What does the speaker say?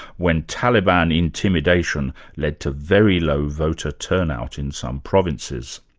when taliban intimidation led to very low voter turnout in some provinces.